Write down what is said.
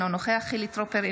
אינו נוכח חילי טרופר,